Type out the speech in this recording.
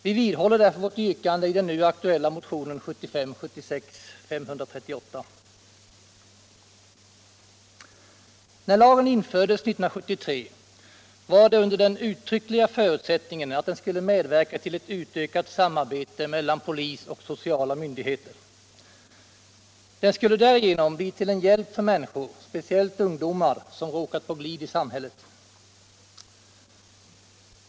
Vi vidhåller därför vårt yrkande i den nu aktuella motionen 1975/76:538. När lagen infördes år 1973 var det under den uttryckliga förutsättningen att den skulle medverka till ott ökat samarbete mellan polis och sociala myndigheter. Den skulle därigenom bli till en hjälp för människor, speciellt ungdomar som råkat på glid i samhället.